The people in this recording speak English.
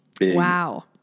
Wow